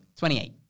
28